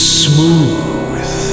smooth